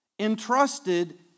...entrusted